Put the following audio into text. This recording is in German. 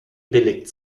billig